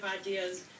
ideas